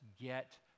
get